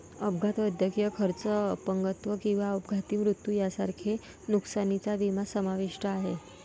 अपघात, वैद्यकीय खर्च, अपंगत्व किंवा अपघाती मृत्यू यांसारख्या नुकसानीचा विमा समाविष्ट आहे